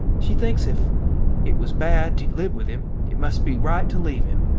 she thinks if it was bad to live with him, it must be right to leave him.